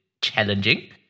challenging